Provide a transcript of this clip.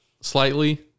slightly